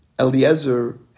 Eliezer